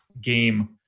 game